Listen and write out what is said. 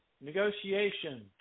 negotiation